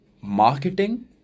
marketing